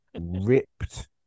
ripped